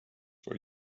for